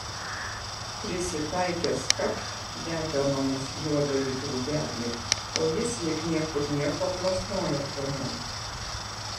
prisitaikęs kapt letenomis juodąjį drugelį o jis lyg niekur nieko plasnoja toliau